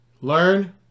learn